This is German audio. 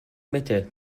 mitte